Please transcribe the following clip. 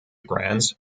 grants